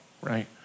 right